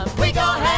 we got